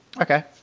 Okay